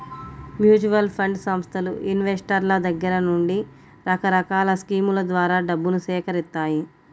mutual fund సంస్థలు ఇన్వెస్టర్ల దగ్గర నుండి రకరకాల స్కీముల ద్వారా డబ్బును సేకరిత్తాయి